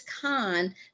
khan